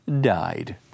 died